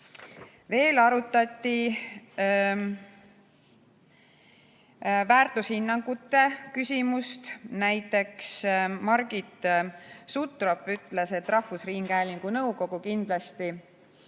Veel arutati väärtushinnangute küsimust. Näiteks ütles Margit Sutrop, et rahvusringhäälingu nõukogu kindlasti